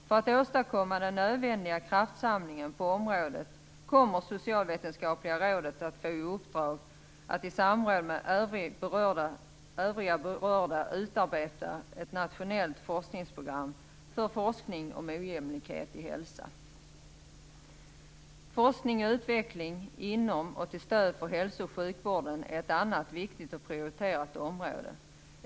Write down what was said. För att åstadkomma den nödvändiga kraftsamlingen på området kommer Socialvetenskapliga rådet att få i uppdrag att i samråd med övriga berörda utarbeta ett nationellt forskningsprogram för forskning om ojämlikhet i hälsa. Forskning och utveckling inom och till stöd för hälso och sjukvården är ett annat viktigt prioriterat område.